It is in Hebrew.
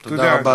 תודה, אדוני.